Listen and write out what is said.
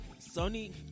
Sony